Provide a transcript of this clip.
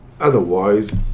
Otherwise